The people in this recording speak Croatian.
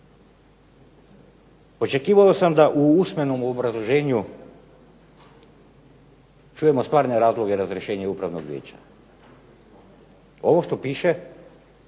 Očekivao sam da u usmenom obrazloženju čujemo stvarne razloge razrješenja Upravnog vijeća. Ovo što piše